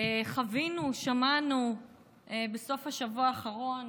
חווינו, שמענו בסוף השבוע האחרון